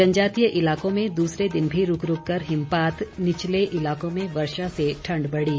जनजातीय इलाकों में दूसरे दिन भी रूक रूक कर हिमपात निचले इलाकों में वर्षा से ठंड बढ़ी